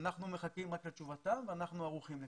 אנחנו מחכים רק לתשובתם ואנחנו ערוכים לכך.